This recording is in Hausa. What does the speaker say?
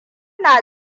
na